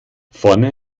vorne